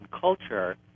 culture